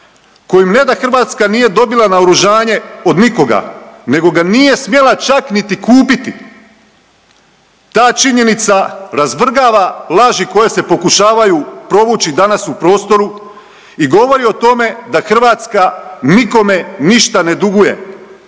kojim ne da Hrvatska nije dobila naoružanje od nikoga nego ga nije smjela čak niti kupiti. Ta činjenica razvrgava laži koje se pokušavaju provući danas u prostoru i govori o tome da Hrvatska nikome ništa ne duguje.